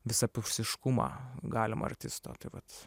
visapusiškumą galima artisto tai vat